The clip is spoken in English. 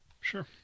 Sure